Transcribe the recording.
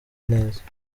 neza